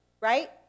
right